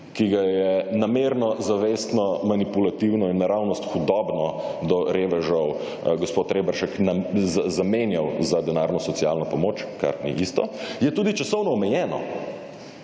ki ga je namerno, zavestno, manipulativno in naravnost hudobno do revežev, gospod Reberšek zamenjal za denarno socialno pomoč, kar ni isto, je tudi časovno omejeno,